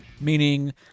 meaning